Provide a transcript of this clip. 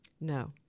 No